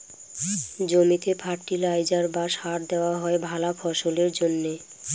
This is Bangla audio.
জমিতে ফার্টিলাইজার বা সার দেওয়া হয় ভালা ফসলের জন্যে